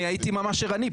אני הייתי ממש ערני,